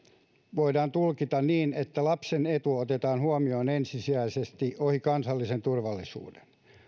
voidaan tulkita niin että lapsen etu otetaan huomioon ensisijaisesti ohi kansallisen turvallisuuden